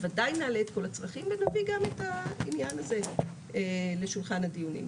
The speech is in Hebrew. בוודאי נעלה את כל הצרכים ונביא גם את העניין הזה לשולחן הדיונים.